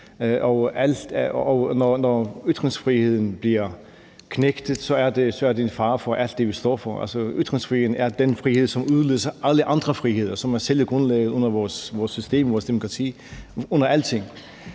Og når ytringsfriheden bliver knægtet, er det en fare for alt det, vi står for. Ytringsfriheden er den frihed, som udløser alle andre friheder. Den er selve grundlaget under vores system, vores demokrati – under alting.